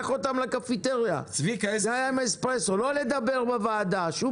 לא לדבר בוועדה שום